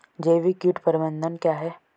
जैविक कीट प्रबंधन क्या है?